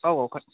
औ औ